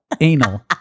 Anal